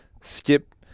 skip